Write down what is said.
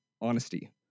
honesty